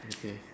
okay